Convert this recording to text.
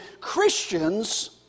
Christians